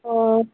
ও